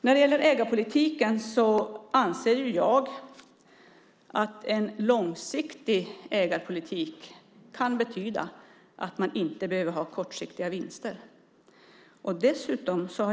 När det gäller ägarpolitiken anser jag att en långsiktig ägarpolitik kan betyda att man inte behöver ha kortsiktiga vinster.